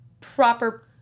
proper